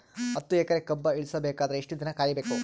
ಹತ್ತು ಎಕರೆ ಕಬ್ಬ ಇಳಿಸ ಬೇಕಾದರ ಎಷ್ಟು ದಿನ ಕಾಯಿ ಬೇಕು?